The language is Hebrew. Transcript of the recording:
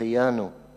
שהחיינו!/